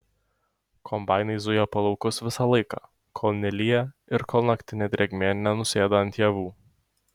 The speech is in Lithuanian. kombainai zuja po laukus visą laiką kol nelyja ir kol naktinė drėgmė nenusėda ant javų